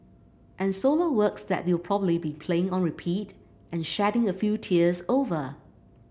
and solo works that you'll probably be playing on repeat and shedding a few tears over